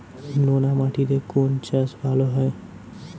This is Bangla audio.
নোনা মাটিতে কোন চাষ ভালো হয়?